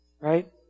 Right